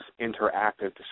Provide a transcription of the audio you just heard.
interactive